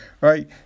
Right